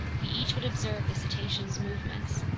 we each would observe the cetacean's movements.